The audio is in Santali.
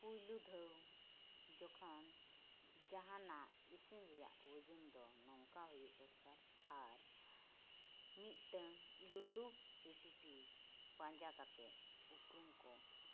ᱯᱳᱭᱞᱳ ᱫᱷᱟᱣ ᱡᱚᱠᱷᱟᱱ ᱡᱟᱦᱟᱱᱟᱜ ᱤᱥᱤᱱ ᱨᱮᱭᱟᱜ ᱵᱩᱡᱩᱱᱫᱚ ᱱᱚᱝᱠᱟ ᱦᱩᱭᱩᱜ ᱫᱚᱨᱠᱟᱨ ᱟᱨ ᱢᱤᱫᱴᱟᱝ ᱤᱭᱩᱴᱩᱵᱽ ᱨᱮᱥᱤᱯᱤ ᱯᱟᱸᱡᱟ ᱠᱟᱛᱮᱫ ᱩᱯᱨᱩᱢᱠᱚ